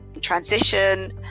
transition